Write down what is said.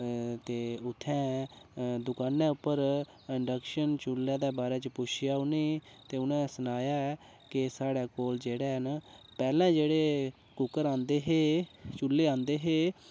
ते उ'त्थें दकानै उप्पर इंडक्शन चु'ल्ले दे बारे च पुच्छेआ उ'नें ई ते उ'नें सनाया ऐ कि साढ़े कोल जेह्ड़े हैन पैह्लें जेह्ड़े कुकर आंदे हे चु'ल्ले आंदे हे